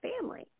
family